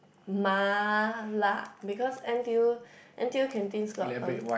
Ma La because N_T_U N_T_U canteens got a